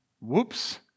Whoops